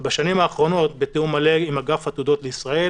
ובשנים האחרונות בתיאום מלא עם אגף התעודות בישראל